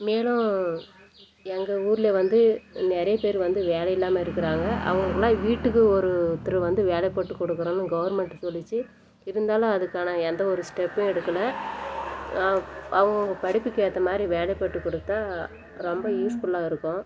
மேலும் எங்கள் ஊரிலே வந்து நிறைய பேர் வந்து வேலை இல்லாமல் இருக்கிறாங்க அவங்களுக்குலாம் வீட்டுக்கு ஒரு ஒருத்தர் வந்து வேலை போட்டு கொடுக்கறோனு கவுர்மெண்ட்டு சொல்லுச்சு இருந்தாலும் அதுக்கான எந்த ஒரு ஸ்டெப்பும் எடுக்கலை அவங்கவுங்க படிப்புக்கு ஏற்ற மாதிரி வேலை போட்டுக் கொடுத்தா ரொம்ப யூஸ்ஃபுல்லாக இருக்கும்